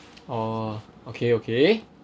orh okay okay